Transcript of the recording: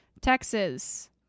Texas